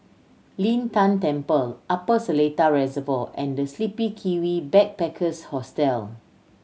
Lin Tan Temple Upper Seletar Reservoir and The Sleepy Kiwi Backpackers Hostel